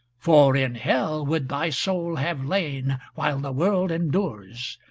for in hell would thy soul have lain while the world endures,